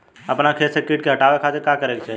अपना खेत से कीट के हतावे खातिर का करे के चाही?